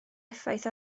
effaith